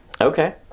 Okay